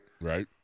right